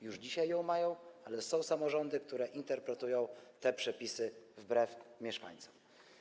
Już dzisiaj ją mają, ale są samorządy, które interpretują te przepisy wbrew mieszkańcom.